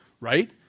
right